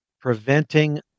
preventing